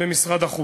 במשרד החוץ.